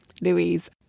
Louise